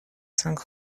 cinq